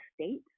state